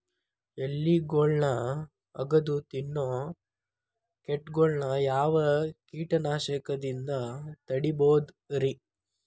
ಎಲಿಗೊಳ್ನ ಅಗದು ತಿನ್ನೋ ಕೇಟಗೊಳ್ನ ಯಾವ ಕೇಟನಾಶಕದಿಂದ ತಡಿಬೋದ್ ರಿ?